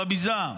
בביזה,